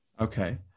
okay